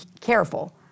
careful